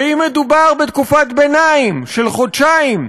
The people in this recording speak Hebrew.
ואם מדובר בתקופת ביניים, של חודשיים,